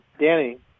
Danny